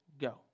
go